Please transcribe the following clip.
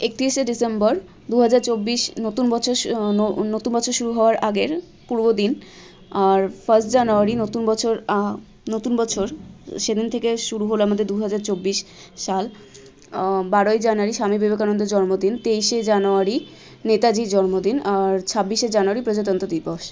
একত্রিশে ডিসেম্বর দুহাজার চব্বিশ নতুন বছর নতুন বছর শুরু হওয়ার আগের পূর্ব দিন আর ফার্স্ট জানুয়ারি নতুন বছর নতুন বছর সেদিন থেকে শুরু হলো আমাদের দুহাজার চব্বিশ সাল বারোই জানুয়ারি স্বামী বিবেকানন্দের জন্মদিন তেইশে জানুয়ারি নেতাজির জন্মদিন আর ছাব্বিশে জানুয়ারি প্রজাতন্ত্র দিবস